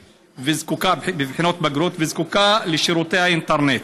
בבחינות בגרות וזקוקים לשירותי האינטרנט.